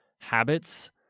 habits